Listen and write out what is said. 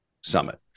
Summit